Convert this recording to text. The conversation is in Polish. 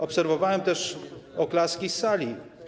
Obserwowałem też oklaski z sali.